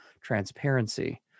transparency